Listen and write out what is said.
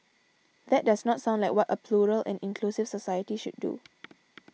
that does not sound like what a plural and inclusive society should do